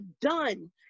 done